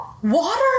Water